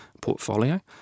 portfolio